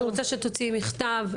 אני רוצה שתוציאי מכתב,